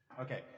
Okay